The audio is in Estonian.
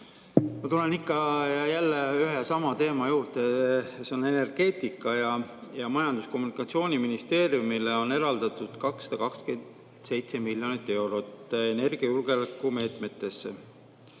Ma tulen ikka ja jälle ühe ja sama teema juurde, see on energeetika. Majandus‑ ja Kommunikatsiooniministeeriumile on eraldatud 227 miljonit eurot energiajulgeoleku meetmetesse.